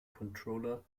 controller